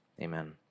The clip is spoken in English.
amen